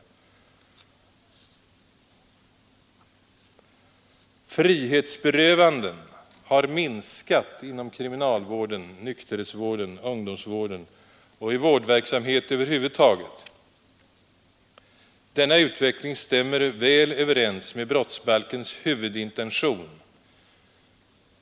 Antalet frihetsberövanden har minskat inom kriminalvården, nykterhetsvården, ungdomsvården och i offentlig vårdverksamhet över huvud taget. Denna utveckling stämmer väl överens med brottsbalkens huvudintention.